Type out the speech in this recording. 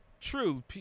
true